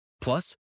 Plus